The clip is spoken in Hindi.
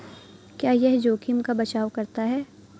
क्या यह जोखिम का बचाओ करता है?